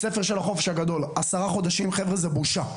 בית ספר של החופש הגדול, עשרה חודשים זה בושה,